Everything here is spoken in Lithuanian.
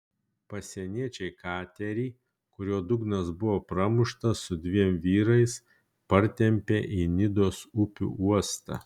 pasieniečiai katerį kurio dugnas buvo pramuštas su dviem vyrais partempė į nidos upių uostą